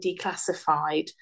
declassified